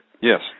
Yes